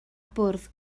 bwrdd